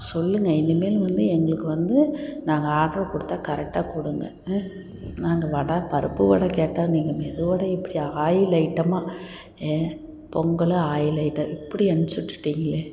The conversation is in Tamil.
சொல்லுங்கள் இனிமேல் வந்து எங்களுக்கு வந்து நாங்கள் ஆட்ரை கொடுத்தா கரெக்டாக கொடுங்க நாங்கள் வடை பருப்பு வடை கேட்டால் நீங்கள் மெதுவடையை இப்படி ஆயில் ஐட்டமாக பொங்கல் ஆயில் ஐட்டம் இப்படி அனுப்பிச்சு விட்டுட்டீங்களே